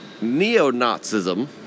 Neo-Nazism